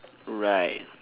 right